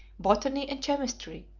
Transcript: botany, and chemistry,